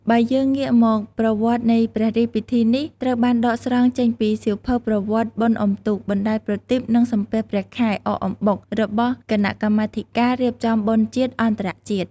បើយើងងាកមក ប្រវត្តិនៃព្រះរាជពិធីនេះ ត្រូវបានដកស្រង់ចេញពី សៀវភៅ «ប្រវត្តិបុណ្យអ៊ំុទូក បណ្តែតប្រទីប និងសំពះព្រះខែ អកអំបុក» របស់គណៈកម្មាធិការ រៀបចំបុណ្យជាតិ អន្តរជាតិ។